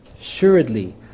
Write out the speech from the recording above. Surely